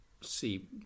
see